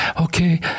Okay